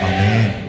Amen